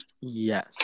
Yes